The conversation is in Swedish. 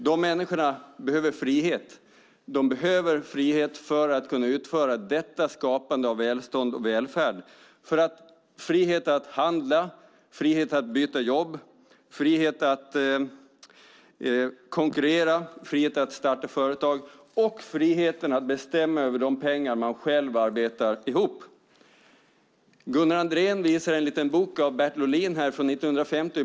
De människorna behöver frihet för att kunna utföra detta skapande av välstånd och välfärd - frihet att handla, frihet att byta jobb, frihet att konkurrera, frihet att starta företag och friheten att bestämma över de pengar de själva arbetar ihop. Gunnar Andrén visade en liten bok av Bertil Olin från 1950.